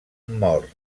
mor